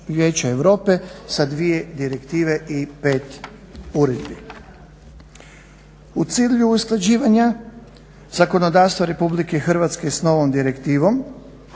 Europe sa dvije direktive i pet uredbi. U cilju usklađivanja zakonodavstva RH s novom direktivom